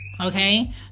okay